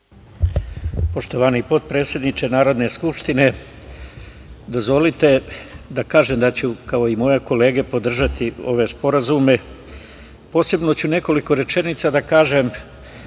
Poštovani potpredsedniče Narodne skupštine, dozvolite da kažem da ću, kao i moje kolege, podržati ove sporazume. Posebno ću nekoliko rečenica da kažem